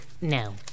No